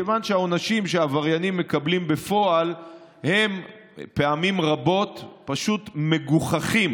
כיוון שהעונשים שעבריינים מקבלים בפועל הם פעמים רבות פשוט מגוחכים,